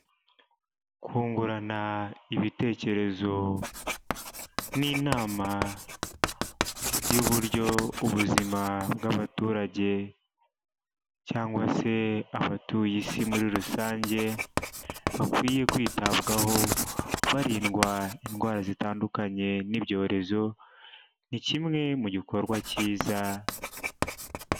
Kungurana ibitekerezo n'inama y'uburyo ubuzima bw'abaturage cyangwa se abatuye isi muri rusange, bakwiye kwitabwaho barindwa indwara zitandukanye n'ibyorezo ni kimwe mu gikorwa cyiza.